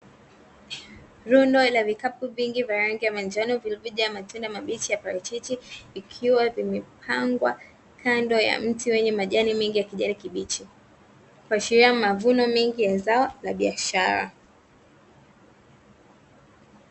Rundo la vikapu vingi vya rangi ya manjano vilivyojaa matunda mabichi ya parachichi, vikiwa vimepangwa kando ya mti wenye majani mengi ya kijani kibichi, kuashiria mavuno mengi ya zao la biashara.